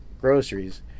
groceries